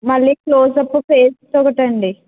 మళ్ళీ close up paste ఒకటండి